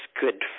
good